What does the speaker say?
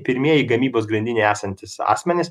pirmieji gamybos grandinėje esantys asmenys